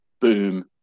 Boom